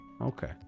okay